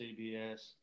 CBS